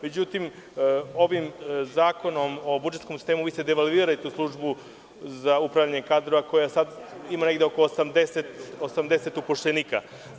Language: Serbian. Međutim, ovim Zakonom o budžetskom sistemu vi ste devalvirali tu službu za upravljanje kadrovima koja sada ima negde oko 80 upošljenika.